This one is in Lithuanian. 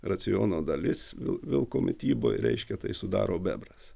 raciono dalis vil vilko mityboj reiškia tai sudaro bebras